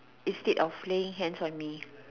instead of laying hands on me